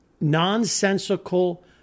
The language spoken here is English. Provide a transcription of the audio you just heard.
nonsensical